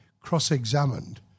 cross-examined